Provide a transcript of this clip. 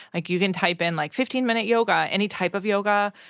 like, you can type in like fifteen minute yoga, any type of yoga.